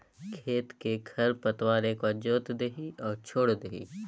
खेतक खर पतार एक बेर जोति दही आ छोड़ि दही